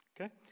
Okay